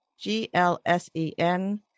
GLSEN